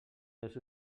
els